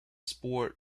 sport